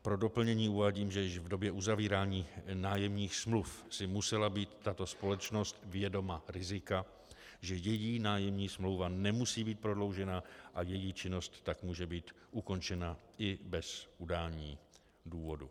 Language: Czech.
Pro doplnění uvádím, že již v době uzavírání nájemních smluv si musela být tato společnost vědoma rizika, že její nájemní smlouva nemusí být prodloužena a její činnost tak může být ukončena i bez udání důvodu.